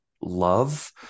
love